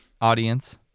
audience